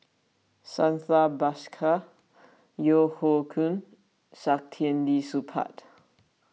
Santha Bhaskar Yeo Hoe Koon Saktiandi Supaat